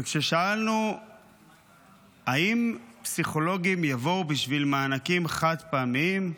וכששאלנו אם פסיכולוגים יבואו בשביל מענקים חד-פעמיים,